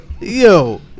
Yo